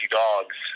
dogs